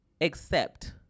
accept